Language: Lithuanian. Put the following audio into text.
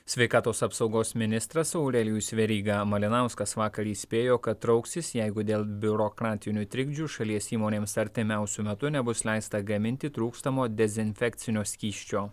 sveikatos apsaugos ministras aurelijus veryga malinauskas vakar įspėjo kad trauksis jeigu dėl biurokratinių trikdžių šalies įmonėms artimiausiu metu nebus leista gaminti trūkstamo dezinfekcinio skysčio